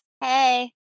Hey